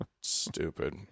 stupid